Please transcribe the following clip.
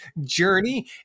journey